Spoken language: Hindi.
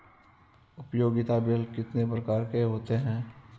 उपयोगिता बिल कितने प्रकार के होते हैं?